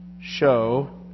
show